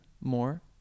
more